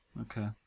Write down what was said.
Okay